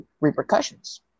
repercussions